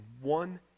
one